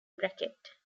bracket